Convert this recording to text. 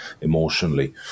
emotionally